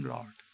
Lord